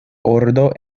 ordo